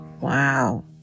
Wow